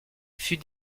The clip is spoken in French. fut